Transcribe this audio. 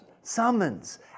summons